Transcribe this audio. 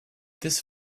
this